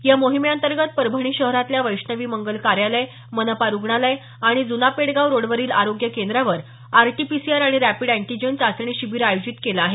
या मोहिमेंतर्गत परभणी शहरातल्या वैष्णवी मंगल कार्यालय मनपा रुग्णालय आणि जूना पेडगाव रोडवरील आरोग्य केंद्रावर आरटीपीसआर आणि रॅपिड अँटिजन चाचणी शिबिर आयोजित केलं आहे